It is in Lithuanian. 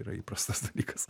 yra įprastas dalykas